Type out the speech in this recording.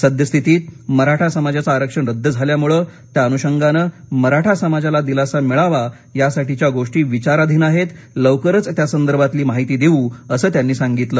सद्यस्थितीत मराठा समाजाचं आरक्षण रद्द झाल्यामुळे त्याअनुषगानं मराठा समाजाला दिलासा मिळावा यासाठीच्या गोष्टी विचाराधीन आहेत लवकरच त्यासंदर्भातली माहिती देऊ असं त्यांनी सांगितलं